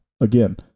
again